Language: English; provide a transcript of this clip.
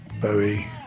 Bowie